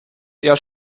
eher